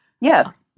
yes